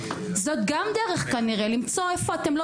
זאת גם דרך כנראה למצוא איפה אתם לא